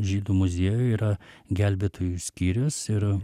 žydų muziejuj yra gelbėtojų skyrius ir